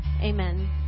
Amen